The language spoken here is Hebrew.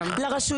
ואנחנו רואים